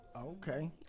Okay